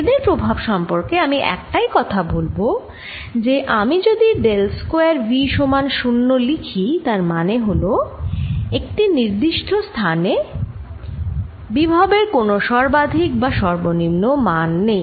এদের প্রভাব সম্পর্কে আমি একটাই কথা বলব যে আমি যদি ডেল স্কয়ার V সমান 0 লিখি তার মানে হল একটি নির্দিষ্ট স্থানে বিভবের কোন সর্বাধিক বা সর্বনিম্ন মান নেই